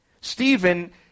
Stephen